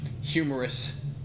humorous